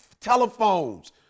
Telephones